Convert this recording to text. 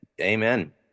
Amen